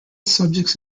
subjects